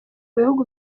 bihugu